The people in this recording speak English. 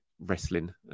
wrestling